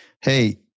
Hey